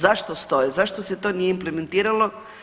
Zašto stoje, zašto se to nije implementiralo?